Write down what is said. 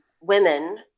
women